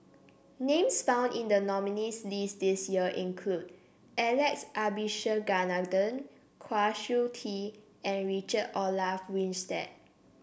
names found in the nominees' list this year include Alex Abisheganaden Kwa Siew Tee and Richard Olaf Winstedt